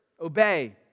Obey